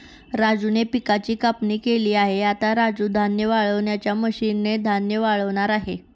राजूने पिकाची कापणी केली आहे, आता राजू धान्य वाळवणाच्या मशीन ने धान्य वाळवणार आहे